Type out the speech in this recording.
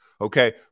okay